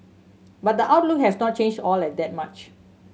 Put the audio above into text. but the outlook has not changed all that much